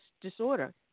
disorder